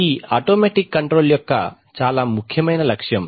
ఇది automatic control యొక్క చాలా ముఖ్యమైన లక్ష్యం